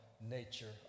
nature